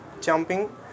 jumping